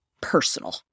personal